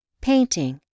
painting